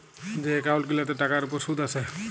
যে এক্কাউল্ট গিলাতে টাকার উপর সুদ আসে